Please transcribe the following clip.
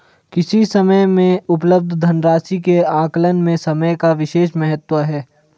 किसी समय में उपलब्ध धन राशि के आकलन में समय का विशेष महत्व है